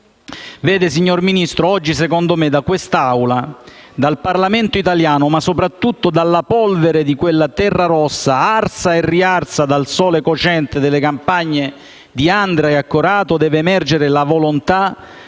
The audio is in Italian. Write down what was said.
Signor Ministro, oggi, secondo me, da quest'Assemblea e dal Parlamento italiano, ma - soprattutto - dalla polvere di quella terra rossa, arsa e riarsa dal sole cocente delle campagne di Andria e Corato, deve emergere la volontà